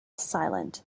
silent